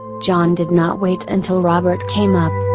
john did not wait until robert came up.